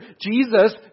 Jesus